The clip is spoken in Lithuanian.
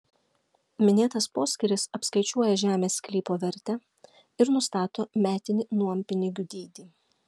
minėtas poskyris apskaičiuoja žemės sklypo vertę ir nustato metinį nuompinigių dydį